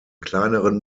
kleineren